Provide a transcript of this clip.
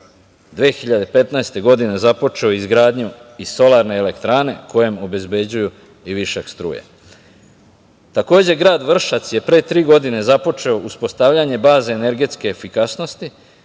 2015. godine, započeo izgradnju i solarne elektrane kojem obezbeđuju i višak struje. Takođe, grad Vršac je pre tri godine započeo uspostavljanje baze energetske efikasnosti,